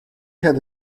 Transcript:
had